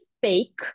fake